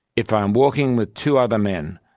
if i am walking with two other men,